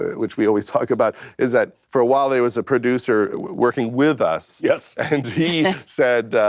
ah which we always talk about, is that for a while there was a producer working with us. yes. and he said,